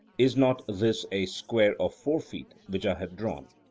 is not this a square of four feet which i have drawn?